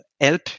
help